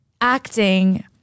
acting